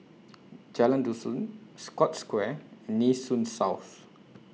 Jalan Dusun Scotts Square and Nee Soon South